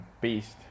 beast